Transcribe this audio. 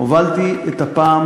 הובלתי את הפעם